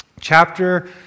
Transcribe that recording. chapter